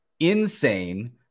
Insane